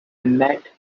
met